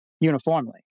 uniformly